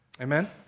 Amen